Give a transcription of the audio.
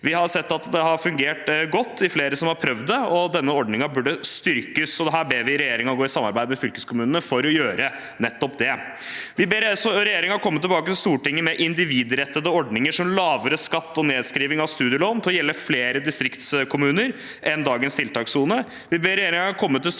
Vi har sett at det har fungert godt i flere fylkeskommuner som har prøvd det. Denne ordningen bør styrkes, og vi ber regjeringen om å gå i samarbeid med fylkeskommunene for å gjøre nettopp det. Vi ber også regjeringen komme tilbake til Stortinget med at individrettede ordninger, som lavere skatt og nedskriving av studielån, skal gjelde flere distriktskommuner enn dagens tiltakssone.